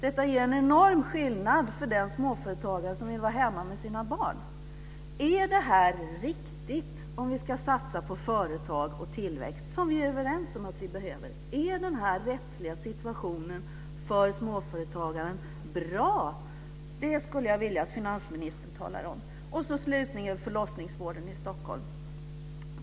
Detta ger en enorm skillnad för den småföretagare som vill vara hemma med sina barn. Är detta riktigt, om vi nu ska satsa på företag och tillväxt, som vi är överens om att vi behöver? Är den här rättsliga situationen för småföretagaren bra? Det skulle jag vilja att finansministern talar om. Slutligen gäller det förlossningsvården i Stockholm.